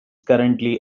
currently